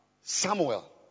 Samuel